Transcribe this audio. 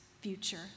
future